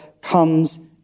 comes